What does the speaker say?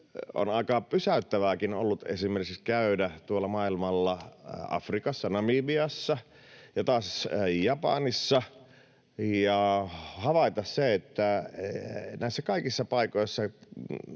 On aika pysäyttävääkin ollut esimerkiksi käydä tuolla maailmalla, Afrikassa, Namibiassa ja Japanissa, ja havaita se, että näissä kaikissa paikoissa